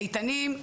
איתנים,